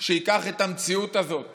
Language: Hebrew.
שייקח את המציאות הזאת